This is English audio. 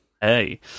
Hey